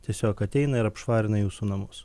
tiesiog ateina ir apšvarina jūsų namus